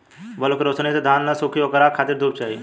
bulb के रौशनी से धान न सुखी ओकरा खातिर धूप चाही